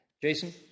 Jason